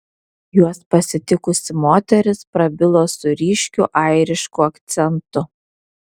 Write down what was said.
juos pasitikusi moteris prabilo su ryškiu airišku akcentu